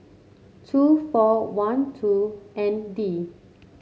two four one two N D